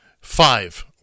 Five